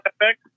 effect